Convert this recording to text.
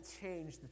change